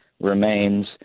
remains